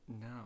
No